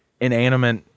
inanimate